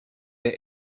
der